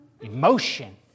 Emotion